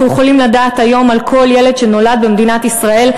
אנחנו יכולים לדעת היום על כל ילד שנולד במדינת ישראל,